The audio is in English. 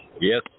Yes